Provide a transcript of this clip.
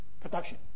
production